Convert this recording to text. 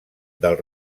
del